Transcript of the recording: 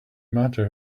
matter